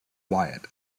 wyatt